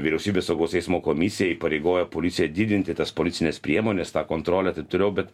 vyriausybės saugaus eismo komisija įpareigojo policiją didinti tas policines priemones tą kontrolę taip toliau bet